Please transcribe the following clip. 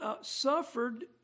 suffered